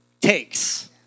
takes